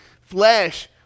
flesh